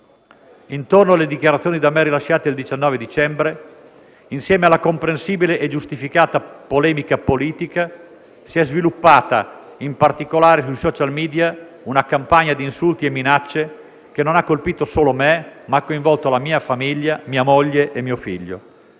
Intorno alle dichiarazioni da me rilasciate il 19 dicembre, insieme alla comprensibile e giustificata polemica politica, si è sviluppata, in particolare sui *social media*, una campagna di insulti e minacce che non ha colpito solo me, ma ha coinvolto la mia famiglia: mia moglie e mio figlio.